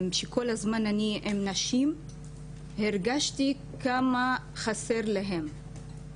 כשכל הזמן אני עם נשים, הרגשתי כמה חסר להן.